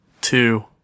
two